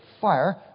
fire